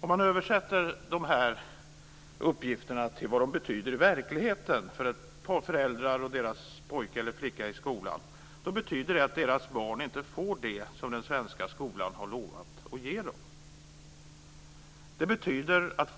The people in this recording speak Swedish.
Om man översätter de här uppgifterna till vad de betyder i verkligheten för ett par föräldrar och deras pojke eller flicka i skolan så betyder det att deras barn inte får det som den svenska skolan har lovat att ge dem.